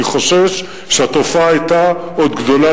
אני חושש שהתופעה היתה עוד רחבה,